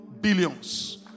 Billions